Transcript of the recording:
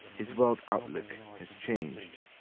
his world outlook has changed.